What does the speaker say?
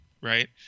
right